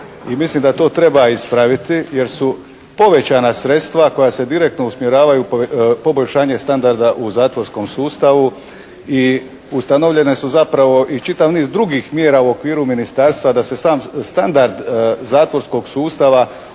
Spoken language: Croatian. mislim da to treba ispraviti, jer su povećana sredstva koja se direktno usmjeravaju poboljšanju standarda u zatvorskom sustavu i ustanovljene su zapravo i čitav niz drugih mjera u okviru ministarstva, da se sam standard zatvorskog sustava u bilo